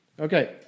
Okay